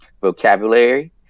vocabulary